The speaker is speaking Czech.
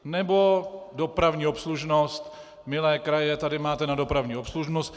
Nebo dopravní obslužnost: milé kraje, tady máte na dopravní obslužnost.